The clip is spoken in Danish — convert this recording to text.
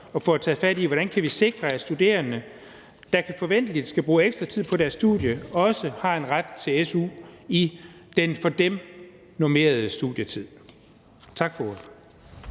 og får taget fat i, hvordan vi kan sikre, at studerende, der forventelig skal bruge ekstra tid på deres studie, også har en ret til su i den for dem normerede studietid. Tak for